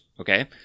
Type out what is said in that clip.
okay